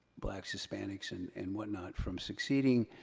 blacks, hispanics, and and whatnot, from succeeding,